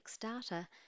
data